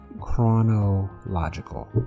chronological